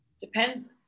depends